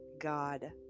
God